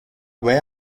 where